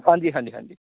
ਹਾਂਜੀ ਹਾਂਜੀ ਹਾਂਜੀ